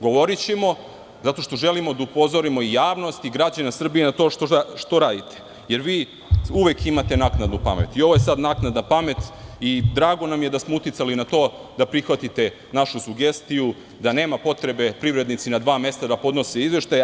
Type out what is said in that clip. Govorićemo, zato što želimo da upozorimo i javnost i građane Srbije na to što radite, jer vi uvek imate naknadnu pamet, i ovo je sada naknadna pamet, i drago nam je da smo uticali na to da prihvatite našu sugestiju da nema potrebe da privrednici na dva mesta podnose izveštaje.